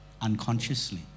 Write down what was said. unconsciously